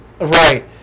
Right